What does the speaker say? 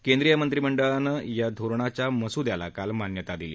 केंद्रीय मंत्रिमंडळानं या धोरणाच्या मसुद्याला काल मान्यता दिली